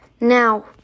Now